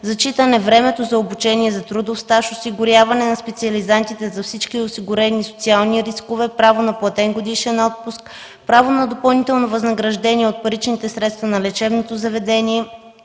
зачитане времето за обучение за трудов стаж; осигуряване на специализантите за всички осигурени социални рискове; право на платен годишен отпуск; право на допълнително възнаграждение от паричните средства на лечебното заведение;